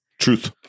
Truth